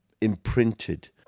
imprinted